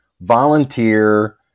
volunteer